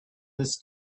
this